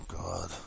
God